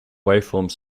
waveforms